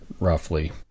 roughly